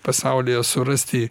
pasaulyje surasti